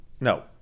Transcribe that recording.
No